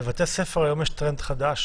בבתי ספר היום יש טרנד חדש